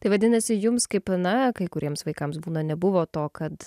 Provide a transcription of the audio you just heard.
tai vadinasi jums kaip na kai kuriems vaikams būna nebuvo to kad